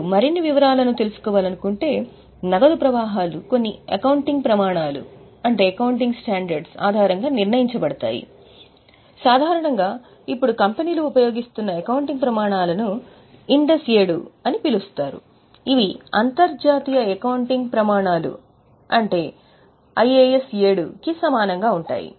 మీరు మరిన్ని వివరాలను చదవాలనుకుంటే నగదు ప్రవాహాలు కొన్ని అకౌంటింగ్ ప్రమాణాలు కి సమానంగా ఉంటాయి